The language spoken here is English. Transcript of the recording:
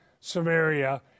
Samaria